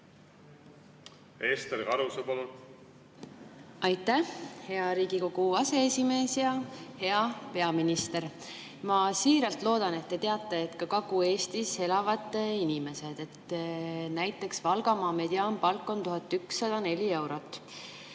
veel ees? Aitäh, hea Riigikogu aseesimees! Hea peaminister! Ma siiralt loodan, et te teate, et ka Kagu-Eestis elavad inimesed. Näiteks Valgamaal on mediaanpalk 1104 eurot.